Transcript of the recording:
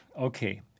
Okay